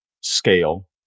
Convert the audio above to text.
scale